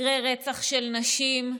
מקרי רצח של נשים,